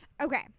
Okay